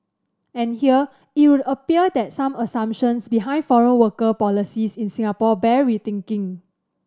and here it would appear that some assumptions behind foreign worker policies in Singapore bear rethinking